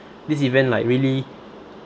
this event like really